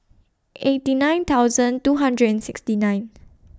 eighty nine thousand two hundred and sixty nine